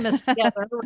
together